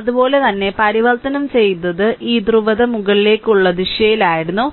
അതുപോലെ തന്നെ പരിവർത്തനം ചെയ്ത ഈ ധ്രുവത മുകളിലേക്കുള്ള ദിശയിലായിരുന്നു